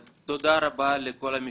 תודה רבה לכל המשתתפים,